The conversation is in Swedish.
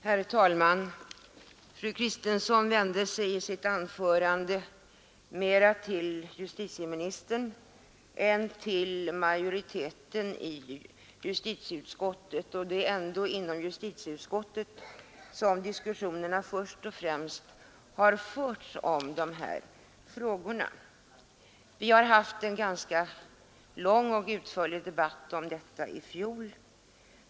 Herr talman! Fru Kristensson vände sig i sitt anförande mera till justitieministern än till majoriteten i justitieutskottet, men det är ändå inom justitieutskottet som diskussionerna först och främst har förts om dessa frågor. Vi hade en ganska lång och utförlig debatt här i kammaren om detta i fjol.